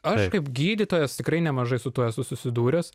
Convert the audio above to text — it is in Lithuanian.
aš kaip gydytojas tikrai nemažai su tuo esu susidūręs